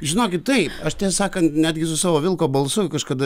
žinokit taip aš tiesą sakant netgi su savo vilko balsu kažkada